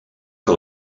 que